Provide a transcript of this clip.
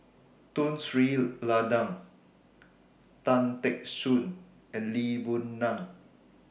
Tun Sri Lanang Tan Teck Soon and Lee Boon Ngan